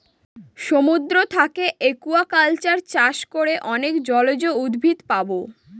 সমুদ্র থাকে একুয়াকালচার চাষ করে অনেক জলজ উদ্ভিদ পাবো